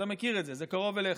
אתה מכיר את זה, זה קרוב אליך.